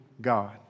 God